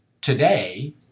today